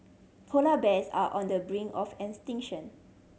polar bears are on the brink of extinction